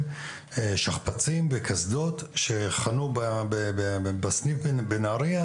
שכפ"צים וקסדות כאשר חנו בסניף בנהריה,